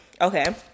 okay